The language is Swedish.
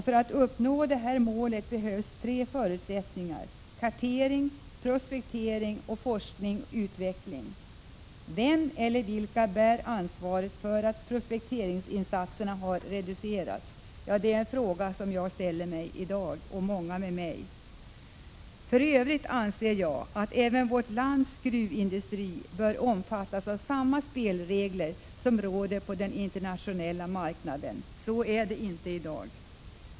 För att uppnå detta mål krävs tre förutsättningar — kartering, prospektering och forskning/utveckling. Vem eller vilka bär ansvaret för att de statliga prospekteringsinsatserna har reducerats? Det är en fråga jag och många med mig ställer i dag. Även vårt lands gruvindustri bör omfattas av samma spelregler som råder på den internationella marknaden. Så är det inte i dag.